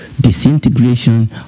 disintegration